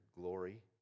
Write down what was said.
glory